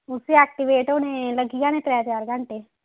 उस्सी एक्टिवेट होने लग्गी जाने त्रै चार घैंटे